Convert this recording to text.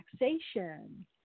relaxation